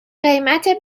قیمت